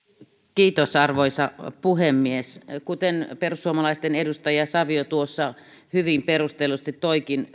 arvoisa puhemies kuten perussuomalaisten edustaja savio tuossa hyvin perustellusti toikin